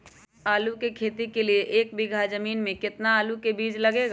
आलू की खेती के लिए एक बीघा जमीन में कितना आलू का बीज लगेगा?